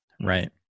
right